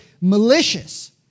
malicious